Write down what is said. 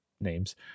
names